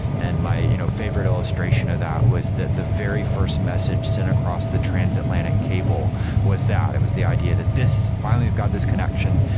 and my you know favorite illustration of that was that the very first message sent across the transatlantic cable was that. it was the idea that this, finally we've got this connection,